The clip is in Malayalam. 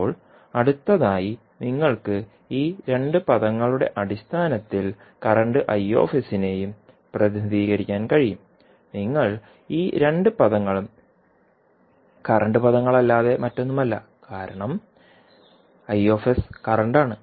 ഇപ്പോൾ അടുത്തതായി നിങ്ങൾക്ക് ഈ രണ്ട് പദങ്ങളുടെ അടിസ്ഥാനത്തിൽ കറന്റ് Iനെയും പ്രതിനിധീകരിക്കാൻ കഴിയും നിങ്ങൾ ഈ രണ്ട് പദങ്ങളും കറന്റ് പദങ്ങളല്ലാതെ മറ്റൊന്നുമല്ല കാരണം I കറന്റ് ആണ്